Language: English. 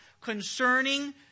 concerning